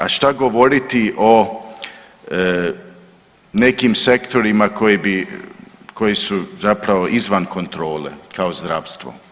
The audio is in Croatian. A šta govoriti o nekim sektorima koji bi, koji su zapravo izvan kontrole kao zdravstvo?